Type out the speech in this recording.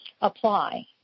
apply